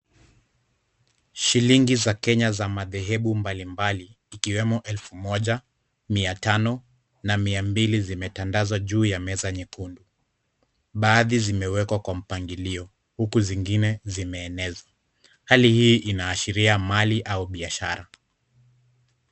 Shilingi za Kenya za madhehebu mbali mbali ikiwemo elfu moja, mia tano na mia mbili zimetandazwa juu ya meza nyekundu. Baadhi zimewekwa kwa mpangilio huku zingine zimeenezwa. Hali hii inaashiria mali au biashara.